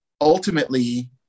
ultimately